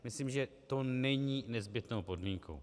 Myslím, že to není nezbytnou podmínkou.